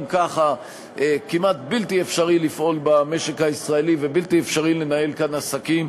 גם ככה כמעט בלתי אפשרי לפעול במשק הישראלי ובלתי אפשרי לנהל כאן עסקים